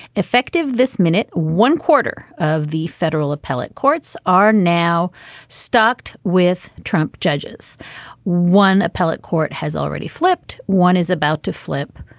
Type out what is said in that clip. effective this minute one quarter of the federal appellate courts are now stocked with trump judges one appellate court has already flipped. one is about to flip.